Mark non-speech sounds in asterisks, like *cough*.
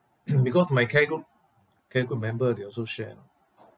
*coughs* because my care group care group member they also share lah